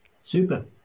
Super